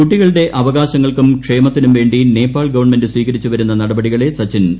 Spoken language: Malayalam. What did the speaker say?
കുട്ടികളുടെ അവകാശങ്ങൾക്കും ക്ഷേമത്തിനും വേണ്ടി നേപ്പാൾ ഗവൺമെന്റ് സ്വീകരിച്ചു വരുന്ന നടപടികളെ സച്ചിൻ അഭിനന്ദിച്ചു